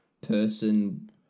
person